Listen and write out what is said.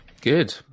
Good